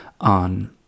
on